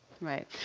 Right